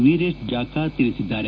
ವೀರೇಶ್ ಜಾಕಾ ತಿಳಿಸಿದ್ದಾರೆ